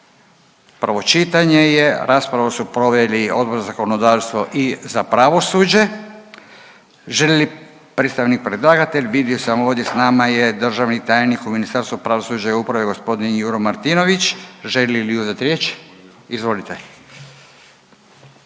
prvo čitanje je. Raspravu su proveli Odbor za zakonodavstvo i za pravosuđe. Želi li predstavnik predlagatelj, vidio sam ovdje je s nama državni tajnik u Ministarstvu pravosuđa i uprave je g. Juro Martinović, želi li uzeti riječ? Izvolite.